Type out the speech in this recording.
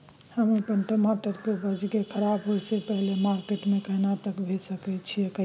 हम अपन टमाटर के उपज के खराब होय से पहिले मार्केट में कहिया तक भेज सकलिए?